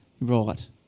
Right